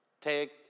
take